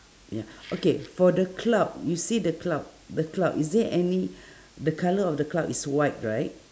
ya okay for the cloud you see the cloud the cloud is there any the colour of the cloud is white right